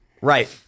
Right